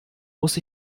muss